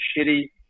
shitty